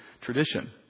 tradition